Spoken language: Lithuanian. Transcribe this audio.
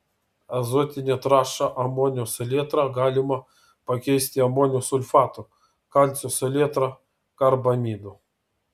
azotinę trąšą amonio salietrą galima pakeisti amonio sulfatu kalcio salietra karbamidu